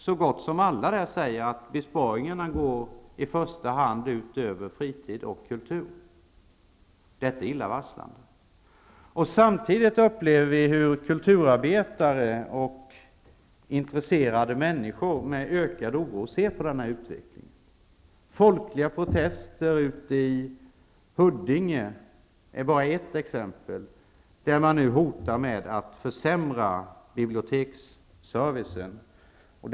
Så gott som alla sade där att besparingarna i första hand går ut över fritids och kultursektorerna. Detta är illavarslande. Samtidigt upplever vi att kulturarbetare och kulturintresserade människor ser på den här utvecklingen med ökad oro. Folkliga protester i Huddinge, där man nu hotar att försämra biblioteksservicen, är bara ett exempel.